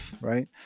right